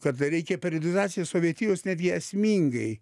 kad reikia periodizaciją sovietijos netgi esmingai